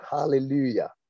Hallelujah